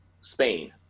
Spain